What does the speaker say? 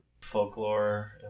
folklore